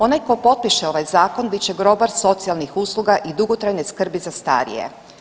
Onaj tko potpiše ovaj zakon bit će grobar socijalnih usluga i dugotrajne skrbi za starije.